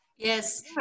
Yes